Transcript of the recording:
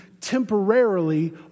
temporarily